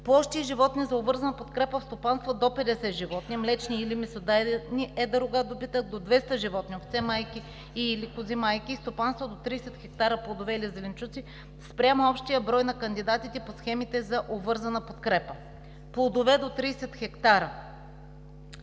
Площи и животни за обвързана подкрепа в стопанства до 50 животни, млечни или месодайни, едър рогат добитък до 200 животни, овце-майки и/или кози-майки и стопанства до 30 хектара плодове или зеленчуци спрямо общия брой на кандидатите по схемите за обвързана подкрепа: Плодове до 30 хектара